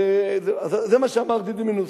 זה מה שאמר דידי מנוסי.